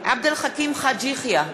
עבד אל חכים חאג' יחיא,